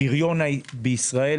הפריון בישראל